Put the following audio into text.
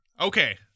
Okay